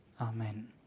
Amen